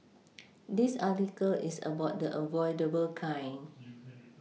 this article is about the avoidable kind